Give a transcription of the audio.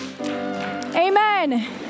Amen